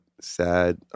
Sad